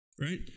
right